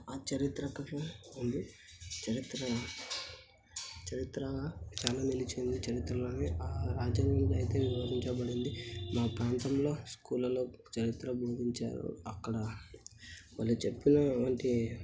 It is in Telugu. ఆ చరిత్ర అక్కడనే ఉంది చరిత్ర చరిత్రలో చాలా నిలిచింది చరిత్రలోనే ఆ రాజ్యాంగంలో అయితే వివరించబడింది మా ప్రాంతంలో స్కూళ్ళలో చరిత్ర బోధించారు అక్కడ వాళ్ళు చెప్పిన వంటి